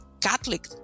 Catholic